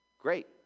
great